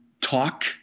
talk